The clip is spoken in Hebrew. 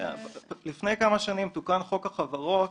לפני כמה שנים תוקן חוק החברות.